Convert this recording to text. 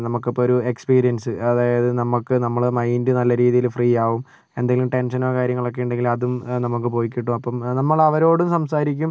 നമുക്കിപ്പോൾ ഒരു എക്സ്പീരിയൻസ് അതായത് നമുക്ക് നമ്മുടെ മൈൻഡ് നല്ല രീതിയില് ഫ്രീ ആകും എന്തെങ്കിലും ടെൻഷനോ കാര്യങ്ങളൊക്കെണ്ടെങ്കില് അതും നമുക്ക് പോയിക്കിട്ടും അപ്പം നമ്മള് അവരോടും സംസാരിക്കും